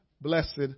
Blessed